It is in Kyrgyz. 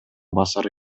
басары